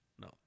no